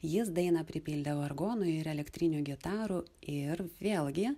jis dainą pripildė vargonų ir elektrinių gitarų ir vėlgi